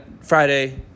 Friday